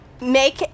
make